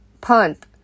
punt